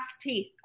teeth